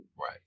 right